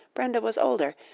brenda was older,